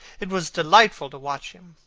it was delightful to watch him.